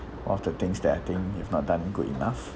one of the things that I think it's not done good enough